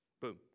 Boom